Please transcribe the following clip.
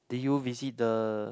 did you visit the